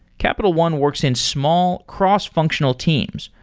capital one works in small cross-functional teams,